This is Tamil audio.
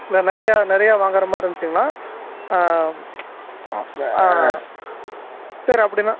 இல்லை நிறையா நிறையா வாங்குகிற மாதிரி இருந்துச்சிங்கன்னா ஆ சரி அப்படின்னா